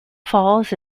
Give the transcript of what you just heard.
falls